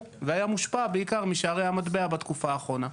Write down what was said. והיה מושפע בעיקר משערי המטבע בתקופה האחרונה.